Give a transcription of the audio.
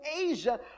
Asia